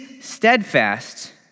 steadfast